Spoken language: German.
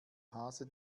hase